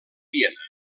viena